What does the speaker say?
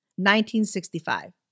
1965